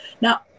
now